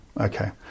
Okay